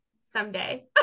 someday